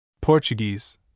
Portuguese